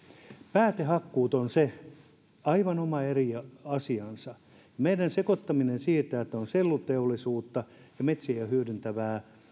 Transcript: päätehakkuut on aivan oma eri asiansa meidän sekoittaminen sietää että on selluteollisuutta ja metsiä hyödyntävää